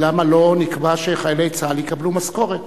למה לא נקבע שחיילי צה"ל יקבלו משכורת?